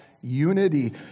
unity